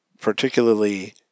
particularly